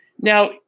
now